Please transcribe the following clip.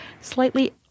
slightly